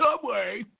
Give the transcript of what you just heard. Subway